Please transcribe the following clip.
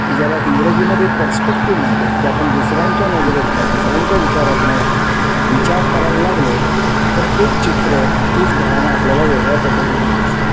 की ज्याला इंग्रजीमधे परस्पेक्टिव्ह म्हणतात की आपण दुसऱ्यांच्या नजरेतून दुसऱ्यांच्या विचारातून विचार करायला लागलो तर ते चित्र तीच भावना आपल्याला वेगळ्या पद्धतीने दिसते